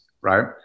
right